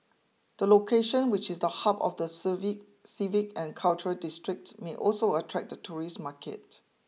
the location which is the hub of the civic civic and cultural district may also attract the tourist market